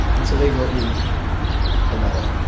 and so they wrote me a letter.